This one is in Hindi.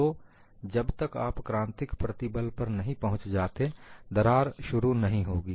तो जब तक आप क्रांतिक प्रतिबल पर नहीं पहुंच जाते दरार शुरू नहीं होगी